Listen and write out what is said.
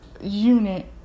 unit